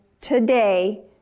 today